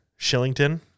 Shillington